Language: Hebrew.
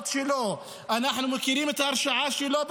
אנחנו מכירים את ההרשעות שלו,